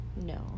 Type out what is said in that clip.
no